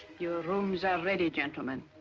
your rooms are ready gentlemen.